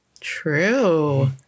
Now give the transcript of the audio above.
True